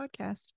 podcast